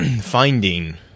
finding